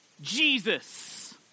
Jesus